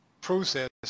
process